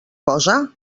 cosa